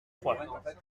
trois